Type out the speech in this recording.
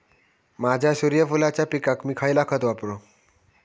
माझ्या सूर्यफुलाच्या पिकाक मी खयला खत वापरू?